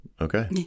Okay